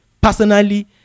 personally